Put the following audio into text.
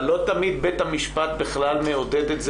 אבל לא תמיד בית המשפט בכלל מעודד את זה